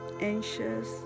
anxious